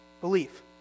Belief